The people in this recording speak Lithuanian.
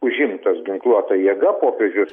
užimtas ginkluota jėga popiežius